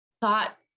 thought